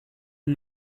und